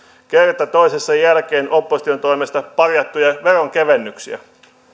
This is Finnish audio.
kerta toisensa jälkeen opposition toimesta parjattuja veronkevennyksiä